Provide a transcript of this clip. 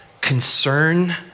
concern